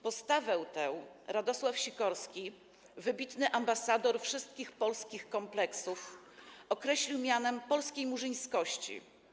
Postawę tę Radosław Sikorski, wybitny ambasador wszystkich polskich kompleksów, określił mianem „polskiej murzyńskości”